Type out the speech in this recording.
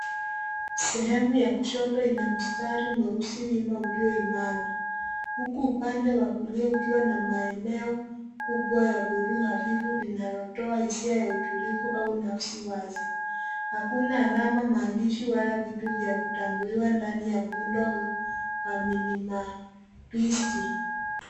Sehemu ya kushoto ina mstari mweusi wima uliyo imara, huku upande wa kulia ukiwa na maeneo kubwa la bluu hafifu linalotoa hisia ya utulivu au nafsi wazi. Hakuna alama, maandishi, wala vitu vya kutambuliwa ndani ya muundo huu wa milima pisti.